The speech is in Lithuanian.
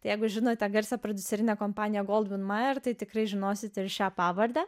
tai jeigu žinote garsią prodiuserinę kompaniją goldwynmayer tai tikrai žinosite ir šią pavardę